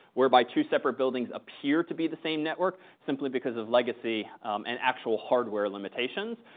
whereby two separate buildings appear to be the same network. simply because of legacy and actual hardware limitations.